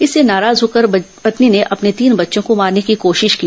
इससे नाराज होकर पत्नी से अपने तीन बच्चों को मारने की कोशिश की